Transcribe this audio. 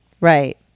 Right